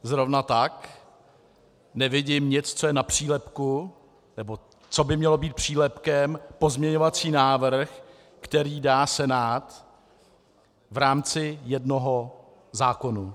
Zrovna tak nevidím nic, co je na přílepku, nebo co by mělo být přílepkem, pozměňovací návrh, který dá Senát v rámci jednoho zákonu.